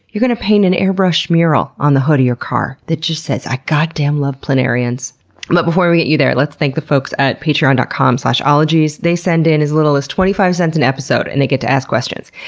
you're gonna paint an airbrushed mural on the hood of your car that just says, i goddamn love planarians. but before we get you there, let's thank the folks at patreon dot com slash ologies. they send in as little as twenty five cents an episode and they get to ask questions.